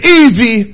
easy